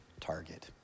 target